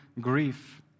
grief